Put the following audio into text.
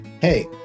Hey